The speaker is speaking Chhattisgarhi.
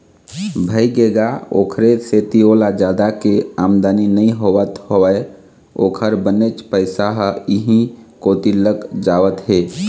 भइगे गा ओखरे सेती ओला जादा के आमदानी नइ होवत हवय ओखर बनेच पइसा ह इहीं कोती लग जावत हे